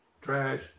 Trash